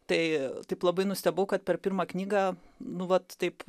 tai taip labai nustebau kad per pirmą knygą nu vat taip